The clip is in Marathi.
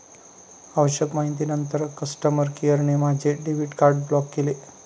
आवश्यक माहितीनंतर कस्टमर केअरने माझे डेबिट कार्ड ब्लॉक केले